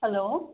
hello